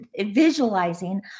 visualizing